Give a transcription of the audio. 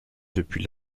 depuis